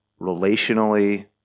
relationally